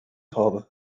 hadden